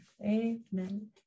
Amen